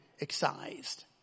excised